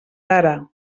ara